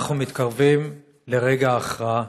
אנחנו מתקרבים לרגע ההכרעה,